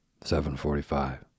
7.45